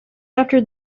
after